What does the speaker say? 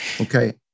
Okay